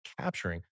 capturing